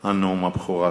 על נאום הבכורה שלו.